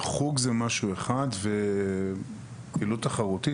חוג זה משהו אחד ופעילות תחרותית